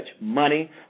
money